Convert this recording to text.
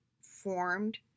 formed